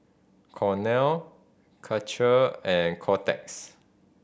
Cornell Karcher and Kotex